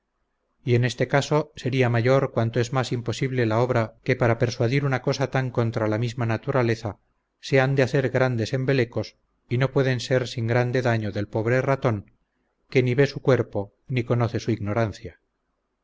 y en este caso sería mayor cuanto es más imposible la obra que para persuadir una cosa tan contra la misma naturaleza se han de hacer grandes embelecos y no pueden ser sin grande daño del pobre ratón que ni ve su cuerpo ni conoce su ignorancia